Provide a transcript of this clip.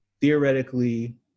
theoretically